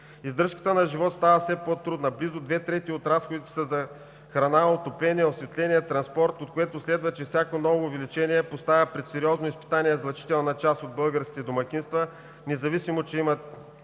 Издръжката на живот става все по-трудна – близо две трети от разходите са за храна, отопление, осветление, транспорт, от което следва, че всяко ново увеличение поставя пред сериозно изпитание значителна част от българските домакинства, независимо че имат